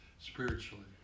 spiritually